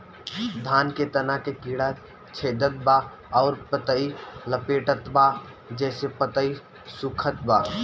धान के तना के कीड़ा छेदत बा अउर पतई लपेटतबा जेसे पतई सूखत बा?